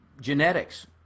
genetics